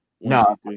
No